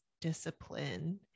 discipline